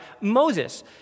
Moses